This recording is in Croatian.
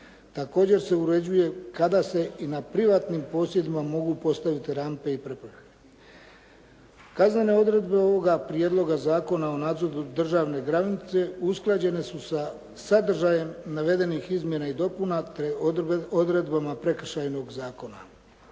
Također se uređuje kada se i na privatnim posjedima mogu postaviti rampe i prepreke. Kaznene odredbe ovoga prijedloga Zakona o nadzoru državne granice usklađena su sa sadržajem navedenih izmjena i dopuna te odredbama Prekršajnog zakon.